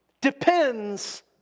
depends